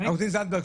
עו"ד זנדברג,